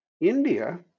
India